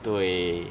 对